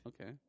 Okay